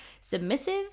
submissive